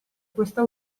questa